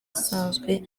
asanzwe